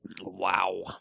Wow